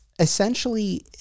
Essentially